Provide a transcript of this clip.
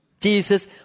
Jesus